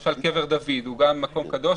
למשל קבר דוד הוא גם מקום קדוש,